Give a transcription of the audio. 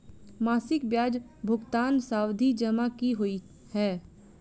मासिक ब्याज भुगतान सावधि जमा की होइ है?